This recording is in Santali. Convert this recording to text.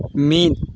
ᱢᱤᱫ